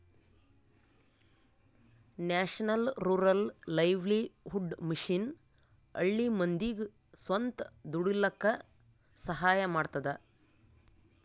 national rural livelihood mission ಹಳ್ಳಿ ಮಂದಿಗ್ ಸ್ವಂತ ದುಡೀಲಕ್ಕ ಸಹಾಯ ಮಾಡ್ತದ